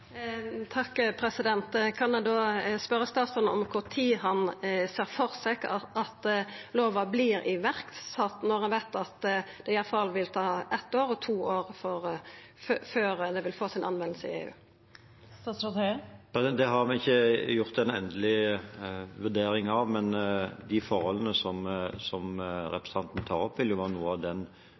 Kan eg da spørja statsråden kva tid han ser for seg at lova vert sett i verk, når ein veit at det vil ta iallfall eitt til to år før ho skal gjelda i EU? Det har vi ikke gjort en endelig vurdering av, men de forholdene som representanten tar opp, vil også være en del av den